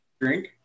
drink